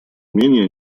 менее